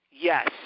Yes